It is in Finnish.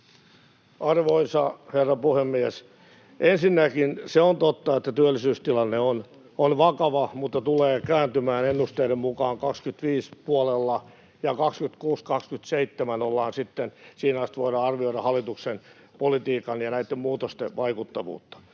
Arvoisa herra puhemies! Ensinnäkin, se on totta, että työllisyystilanne on vakava, mutta se tulee kääntymään ennusteiden mukaan vuoden 25 puolella, ja vuosiin 26—27 asti voidaan arvioida hallituksen politiikan ja näitten muutosten vaikuttavuutta.